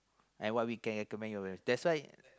and what we can recommend as well that's why